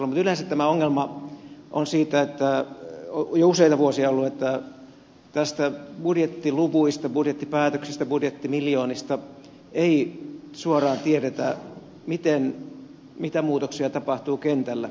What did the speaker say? mutta yleensä tämä ongelma on jo useita vuosia ollut että budjettiluvuista ja budjettipäätöksistä budjettimiljoonista ei suoraan tiedetä mitä muutoksia tapahtuu kentällä